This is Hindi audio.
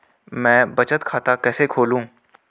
मैं बचत खाता कैसे खोलूँ?